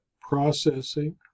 processing